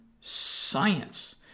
science